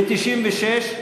לסעיף 96?